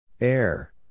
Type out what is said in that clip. Air